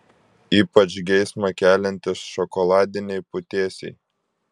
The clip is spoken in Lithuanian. ypač geismą keliantys šokoladiniai putėsiai